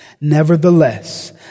Nevertheless